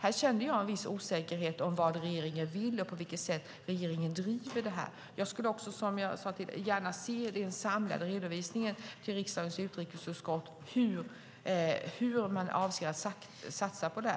Här kände jag en viss osäkerhet om vad regeringen vill och på vilket sätt regeringen driver detta. Jag skulle också, som jag sade tidigare, gärna i den samlade redovisningen till riksdagens utrikesutskott se hur man avser att satsa på detta.